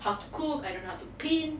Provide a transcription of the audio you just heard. I don't know how to cook I don't how to clean